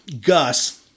Gus